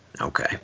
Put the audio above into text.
Okay